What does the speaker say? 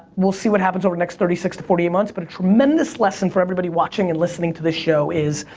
we'll see what happens over the next thirty six to forty eight months. but a tremendous lesson for everybody watching and listening to the show is,